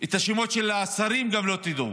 את השמות של השרים גם לא תדעו.